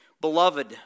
Beloved